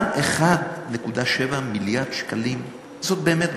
גם 1.7 מיליארד שקלים הם באמת ברכה.